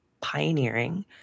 pioneering